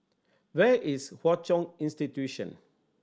where is Hwa Chong Institution